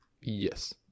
yes